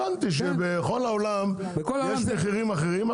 הבנתי שבכל העולם יש מחירים אחרים,